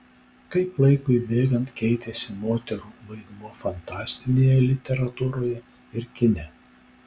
kaip laikui bėgant keitėsi moterų vaidmuo fantastinėje literatūroje ir kine